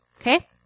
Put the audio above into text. Okay